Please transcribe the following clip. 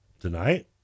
Tonight